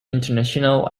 international